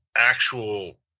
actual